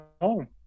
home